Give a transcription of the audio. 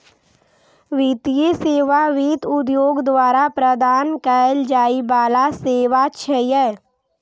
वित्तीय सेवा वित्त उद्योग द्वारा प्रदान कैल जाइ बला सेवा छियै